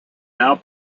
now